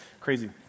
crazy